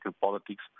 politics